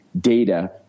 data